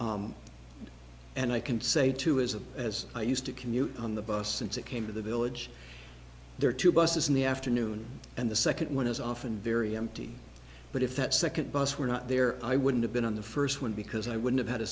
liston and i can say too as a as i used to commute on the bus since it came to the village there are two buses in the afternoon and the second one is often very empty but if that second bus were not there i wouldn't have been on the first one because i would have had a